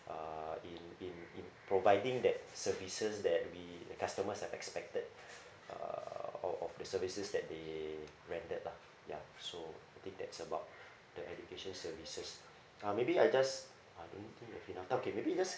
uh in in in providing that services that we the customers have expected uh of of the services that they rendered lah ya so I think that's about the education services uh maybe I just don't think have enough time okay maybe just